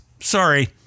Sorry